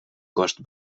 cost